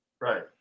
right